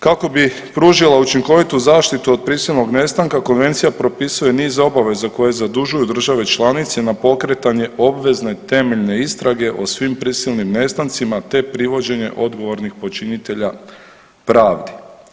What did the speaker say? Kako bi pružila učinkovitu zaštitu od prisilnog nestanka Konvencija propisuje niz obaveza koje zadužuju države članice na pokretanje obvezne temeljne istrage o svim prisilnim nestancima te privođenje odgovornih počinitelja pravdi.